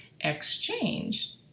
exchange